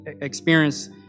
experience